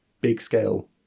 big-scale